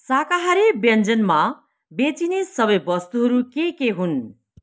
शाकाहारी व्यञ्जनमा बेचिने सबै वस्तुहरू के के हुन्